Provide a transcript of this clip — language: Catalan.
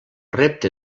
repte